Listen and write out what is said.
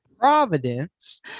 Providence